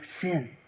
sin